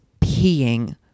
peeing